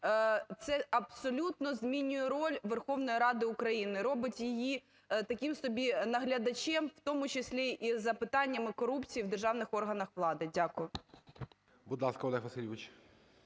Це абсолютно змінює роль Верховної Ради України, робить її таким собі наглядачем, в тому числі і з запитаннями корупції в державних органах влади. Дякую.